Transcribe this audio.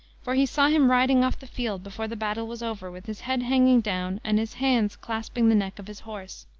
for he saw him riding off the field before the battle was over, with his head hanging down, and his hands clasping the neck of his horse.